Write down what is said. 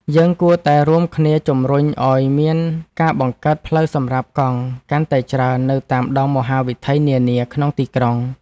យើងគួរតែរួមគ្នាជម្រុញឱ្យមានការបង្កើតផ្លូវសម្រាប់កង់កាន់តែច្រើននៅតាមដងមហាវិថីនានាក្នុងទីក្រុង។